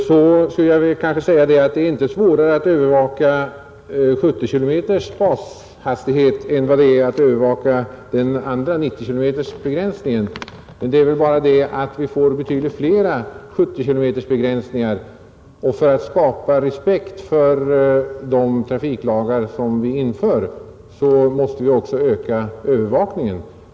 Det är naturligtvis inte svårare att övervaka efterlevnaden av bestämmelserna om man har 70 km som bashastighet än det är att övervaka efterlevnaden av en begränsning till 90 km. Det är bara det att vi får betydligt fler vägsträckor som fartbegränsas till 70 km. För att skapa respekt för trafikbestämmelserna måste vi då också öka övervakningen.